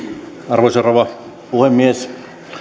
arvoisa rouva puhemies